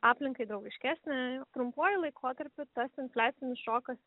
aplinkai draugiškesnę trumpuoju laikotarpiu tas infliacinis šokas